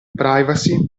privacy